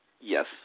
Yes